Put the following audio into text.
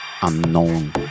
unknown